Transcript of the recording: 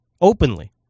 openly